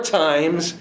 times